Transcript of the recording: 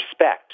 respect